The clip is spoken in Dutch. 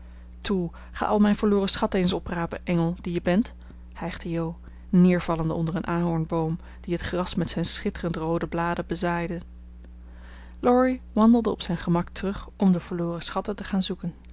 toe ga al mijn verloren schatten eens oprapen engel die je bent hijgde jo neervallende onder een ahornboom die het gras met zijn schitterend roode bladen bezaaide laurie wandelde op zijn gemak terug om de verloren schatten te gaan zoeken